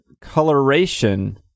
coloration